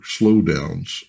slowdowns